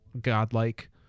godlike